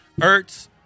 Ertz